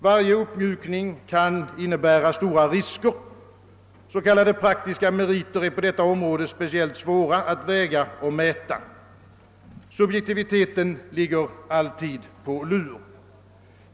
Varje uppmjukning kan innebära stora risker. S.k. praktiska meriter är på detta område speciellt svåra att väga och mäta. Subjektiviteten ligger alltid på lur.